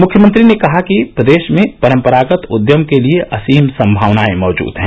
मुख्यमंत्री ने कहा कि प्रदेश में परम्परागत उद्यम के लिये असीम सम्भावनायें मौजूद हैं